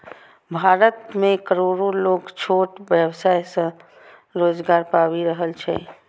भारत मे करोड़ो लोग छोट व्यवसाय सं रोजगार पाबि रहल छै